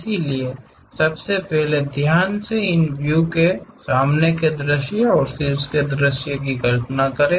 इसलिए सबसे पहले ध्यान से इन व्यू के सामने के दृश्य और शीर्ष दृश्य की कल्पना करें